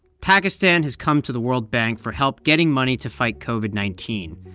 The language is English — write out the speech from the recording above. pakistan has come to the world bank for help getting money to fight covid nineteen,